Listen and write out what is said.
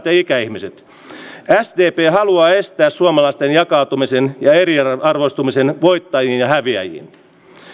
ja ikäihmisiin sdp haluaa estää suomalaisten jakautumisen ja eriarvoistumisen voittajiin ja häviäjiin